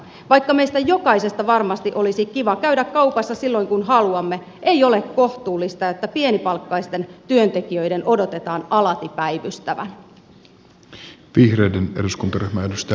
vaikka meistä jokaisesta varmasti olisi kiva käydä kaupassa silloin kun haluamme ei ole kohtuullista että pienipalkkaisten työntekijöiden odotetaan alati päivystävän